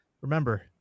remember